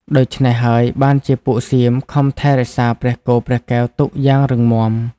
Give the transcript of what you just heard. ដូច្នេះហើយបានជាពួកសៀមខំថែរក្សាព្រះគោព្រះកែវទុកយ៉ាងរឹងមាំ។